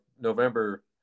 November